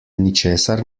ničesar